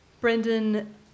Brendan